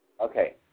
Okay